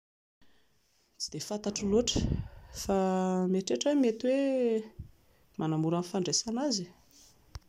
Tsy dia fantatro loatra, fa mieritreritra aho hoe mety hoe manamora ny fandraisana azy?